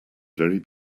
very